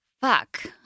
Fuck